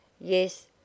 Yes